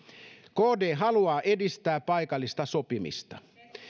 kd haluaa edistää paikallista sopimista